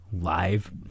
live